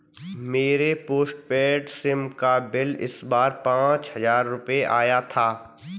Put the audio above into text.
मेरे postpaid SIM का bill इस बार पाँच हजार रुपए आया था